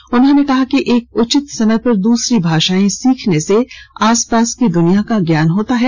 श्री नायड् ने कहा कि एक उचित समय पर दूसरी भाषाए सीखने से आसपास की दनिया का ज्ञान होता है